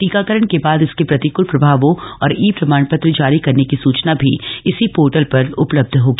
टीकाकरण के बाद इसके प्रतिकूल प्रभावों और ई प्रमाण पत्र जारी करने की सूचना भी इसी पोर्टल पर उपलब्ध होगी